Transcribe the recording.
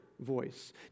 Voice